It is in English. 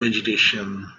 vegetation